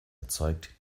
erzeugt